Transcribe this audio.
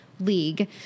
League